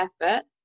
effort